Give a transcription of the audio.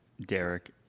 Derek